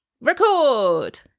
record